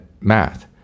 math